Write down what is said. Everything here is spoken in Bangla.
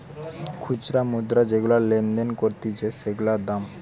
খুচরা মুদ্রা যেগুলা লেনদেন করতিছে সেগুলার দাম